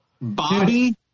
Bobby